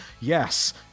Yes